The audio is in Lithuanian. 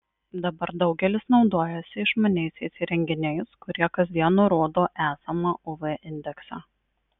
dabar daugelis naudojasi išmaniaisiais įrenginiais kurie kasdien nurodo esamą uv indeksą